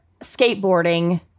skateboarding